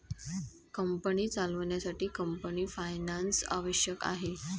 company चालवण्यासाठी company finance आवश्यक आहे